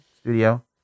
studio